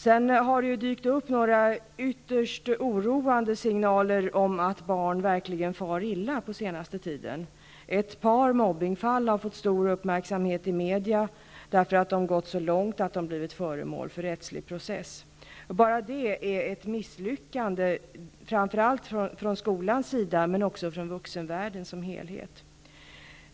Det har ju också på senare tid dykt upp en del ytterst oroande signaler om att barn verkligen far illa. Ett par mobbningsfall har fått stor uppmärksamhet i media därför att de gått så långt att de blivit föremål för rättslig process. Bara det är ett misslyckande framför allt för skolan men också för vuxenvärlden som helhet.